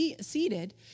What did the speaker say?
seated